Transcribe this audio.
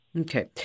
Okay